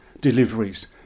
deliveries